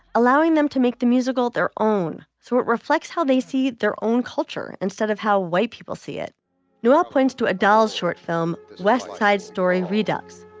allowing them to make the musical their own. so it reflects how they see their own culture instead of how white people see it newell points to adele's short film, west side story redux,